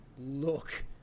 look